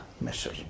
measure